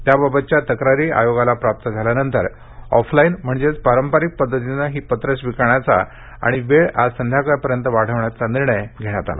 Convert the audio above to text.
त्याबाबतच्या तक्रारी आयोगाला प्राप्त झाल्यानंतर अॅफलाईन म्हणजेच पारंपारिक पद्धतीनं नामनिर्देशन स्विकारण्याचा आणि वेळ आज संध्याकाळपर्यंत वाढवण्याचा निर्णय घेण्यात आला